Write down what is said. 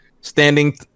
standing